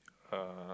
uh